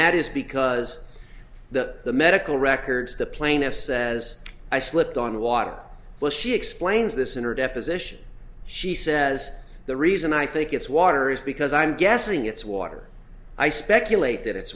that is because the the medical records the plaintiffs says i slipped on water was she explains this in her deposition she says the reason i think it's water is because i'm guessing it's water i speculate that it's